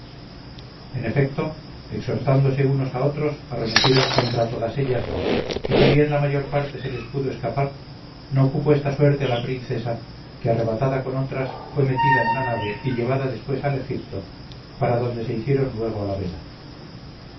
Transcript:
en efecto exhortándose unos a otros arremetieron contra todas ellas y si bien la mayor parte se les pudo escapar no cupo esta suerte a la princesa que arrebatada con otras fue metida en la nave y llevada después al egipto para donde se hicieron luego a la vela